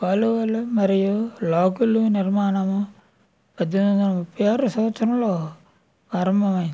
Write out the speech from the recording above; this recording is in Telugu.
వాళ్ళు వాళ్ళు మరియు లాకుల నిర్మాణము పద్దెనిమిది వందల ముప్పై ఆరు సంవత్సరంలో ప్రారంభమైంది